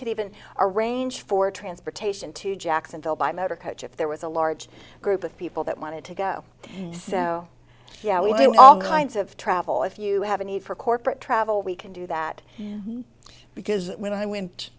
could even arrange for transportation to jacksonville by motor coach if there was a large group of people that wanted to go oh yeah we do all kinds of travel if you have a need for corporate travel we can do that because when i went